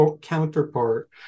counterpart